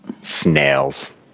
Snails